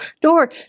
door